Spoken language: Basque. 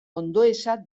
ondoeza